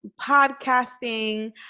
podcasting